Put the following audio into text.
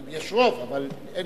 אם יש רוב, אבל אין